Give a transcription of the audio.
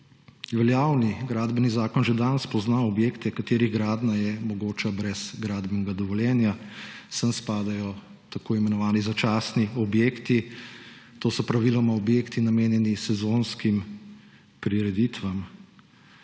veljavni Gradbeni zakon že danes pozna objekte, katerih gradnja je mogoča brez gradbenega dovoljenja. Sem spadajo tako imenovani začasni objekti, to so praviloma objekti, namenjeni sezonskim prireditvam.